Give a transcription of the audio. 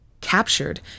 Captured